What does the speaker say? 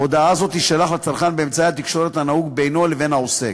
הודעה זו תישלח לצרכן באמצעי ההתקשרות הנהוג בינו לבין העוסק.